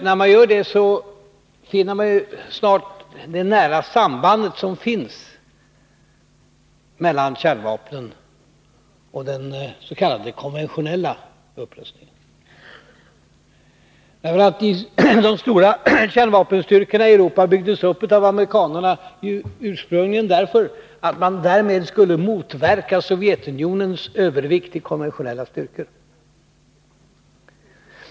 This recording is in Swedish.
När man gör det finner man snart det nära samband som finns mellan kärnvapnen och den s.k. konventionella upprustningen. De stora kärnvapenstyrkorna i Europa byggdes upp av amerikanerna ursprungligen därför att man därigenom skulle motverka Sovjetunionens övervikt i konventionella styrkor.